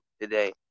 today